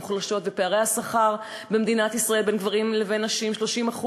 ופערי השכר במדינת ישראל בין גברים לבין נשים הם 30%,